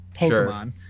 pokemon